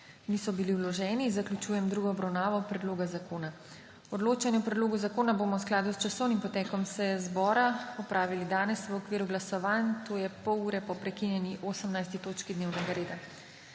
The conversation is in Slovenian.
niso bili vloženi, zaključujem drugo obravnavo predloga zakona. Odločanje o predlogu zakona bomo v skladu s časovnim potekom seje zbora opravili danes v okviru glasovanj, to je pol ure po prekinjeni 18. točki dnevnega reda.